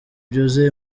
byuzuye